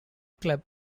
club